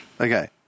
Okay